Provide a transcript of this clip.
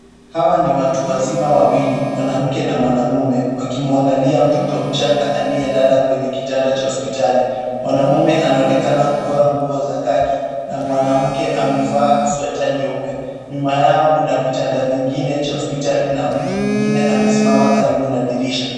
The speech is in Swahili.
Hawa ni watu wazima wawili, mwanamke na manamume wakimwangalia mtoto mchanga aliyelala kwenye kitanda cha hospitali. Mwanamume anaonekana kuvaa nguo za kaki na mwanamke amevaa sweta nyeupe. Nyuma yao kuna vitanda vingine cha hospitali na mtu mwingine amesimama karibu na dirisha.